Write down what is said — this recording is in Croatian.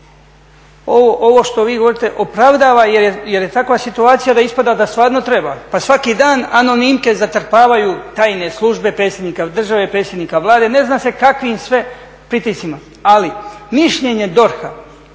Ovo što vi govorite opravdava jer je takva situacija da ispada da stvarno treba. Pa svaki dan anonimke zatrpavaju tajne službe predsjednika države, predsjednika Vlade, ne zna se kakvim sve pritiscima. Ali mišljenje DORH-a